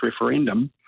referendum